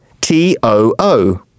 t-o-o